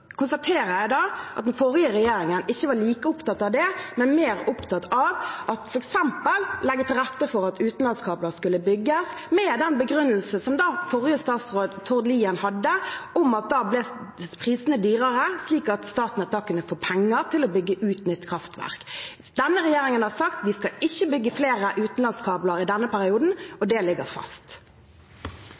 konstaterer jeg at den forrige regjeringen ikke var like opptatt av det, men mer opptatt av f.eks. å legge til rette for at utenlandskabler skulle bygges, med den begrunnelse som tidligere statsråd Tord Lien hadde, at prisene ble høyere slik at Statnett kunne få penger til å bygge ut nye kraftverk. Denne regjeringen har sagt at vi ikke skal bygge flere utenlandskabler i denne perioden, og det ligger fast.